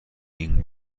این